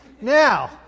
now